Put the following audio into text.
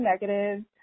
negative